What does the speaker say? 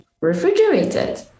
Refrigerated